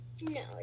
No